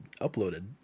uploaded